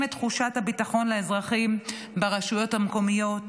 את תחושת הביטחון לאזרחים ברשויות המקומיות,